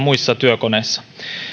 muissa työkoneissa